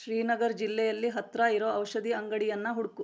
ಶ್ರೀನಗರ್ ಜಿಲ್ಲೆಯಲ್ಲಿ ಹತ್ತಿರ ಇರೊ ಔಷಧಿ ಅಂಗಡಿಯನ್ನು ಹುಡುಕು